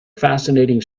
fascinating